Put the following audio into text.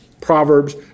Proverbs